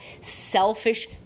selfish